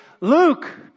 Luke